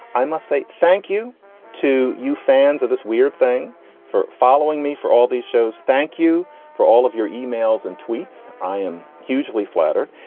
i must say thank you to you fans of this weird thing for following me for all these shows. thank you for all of your emails and tweets. i am hugely flattered.